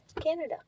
Canada